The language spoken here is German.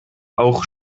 auch